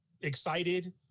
excited